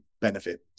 Benefit